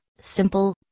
simple